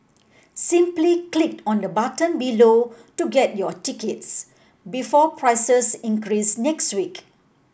simply click on the button below to get your tickets before prices increase next week